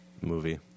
Movie